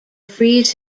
frees